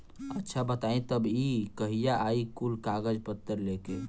अच्छा बताई तब कहिया आई कुल कागज पतर लेके?